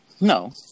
no